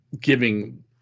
giving